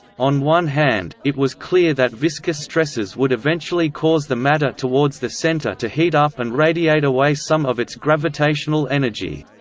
on one hand, it was clear that viscous stresses would eventually cause the matter towards the center to heat up and radiate away some of its gravitational energy.